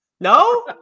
no